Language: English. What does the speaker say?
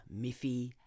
Miffy